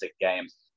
games